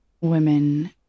women